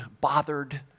bothered